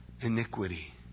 iniquity